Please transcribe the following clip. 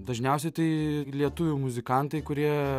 dažniausiai tai lietuvių muzikantai kurie